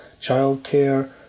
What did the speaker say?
childcare